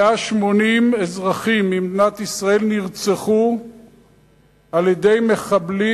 180 אזרחים במדינת ישראל נרצחו בידי מחבלים